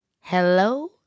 hello